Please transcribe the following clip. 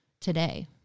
today